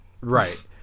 Right